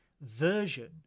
version